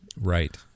Right